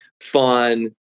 fun